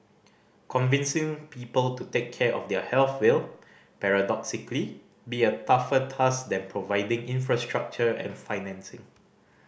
convincing people to take care of their health will paradoxically be a tougher task than providing infrastructure and financing